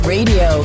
Radio